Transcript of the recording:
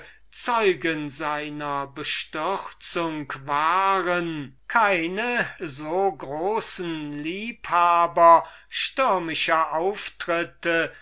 zeugen von seiner bestürzung waren keine so passionierte liebhaber pathetischer auftritte